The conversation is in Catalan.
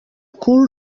cul